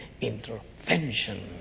intervention